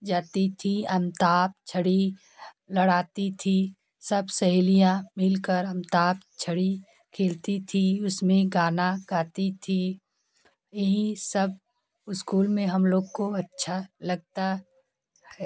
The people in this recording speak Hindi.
जाती थी अंताक्षरी लड़ाती थी सब सहेलियाँ मिलकर अंताक्षरी खेलती थी उसमें गाना गाती थी यही सब स्कूल में हम लोग को अच्छा लगता है